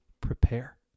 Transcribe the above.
prepare